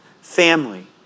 family